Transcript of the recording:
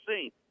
seen